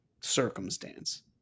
circumstance